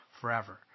forever